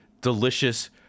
delicious